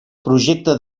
projecte